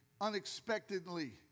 unexpectedly